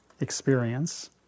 Experience